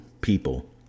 people